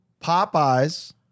Popeyes